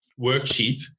worksheet